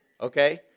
Okay